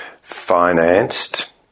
financed